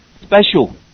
special